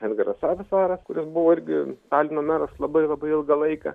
edgaras savisaras kuris buvo irgi talino meras labai labai ilgą laiką